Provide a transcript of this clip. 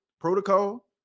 protocol